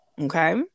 Okay